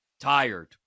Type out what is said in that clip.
Tired